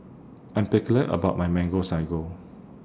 I'm particular about My Mango Sago